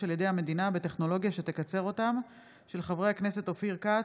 של חברי הכנסת אופיר כץ,